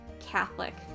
Catholic